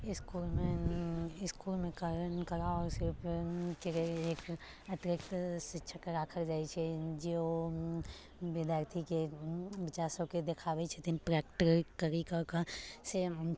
इसकुलमे इसकुलमे कला आओर शिल्पके लिये एक अतिरिक्त शिक्षक राखल जाइत छै जे ओ विद्यार्थीके बच्चा सभके देखाबैत छथिन प्रैक्टिकल करि कऽके से हम